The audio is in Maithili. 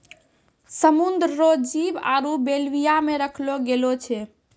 समुद्र रो जीव आरु बेल्विया मे रखलो गेलो छै